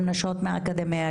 גם נשות האקדמיה,